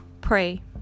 pray